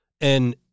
And-